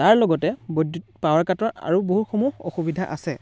তাৰ লগতে বৈদ্যুতিক পাৱাৰ কাটৰ আৰু বহু সমূহ অসুবিধা আছে